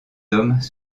hommes